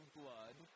blood